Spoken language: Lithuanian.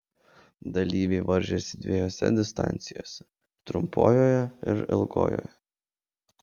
dalyviai varžėsi dviejose distancijose trumpojoje ir ilgojoje